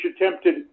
attempted